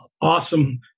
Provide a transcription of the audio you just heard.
Awesome